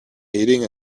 aiding